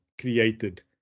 created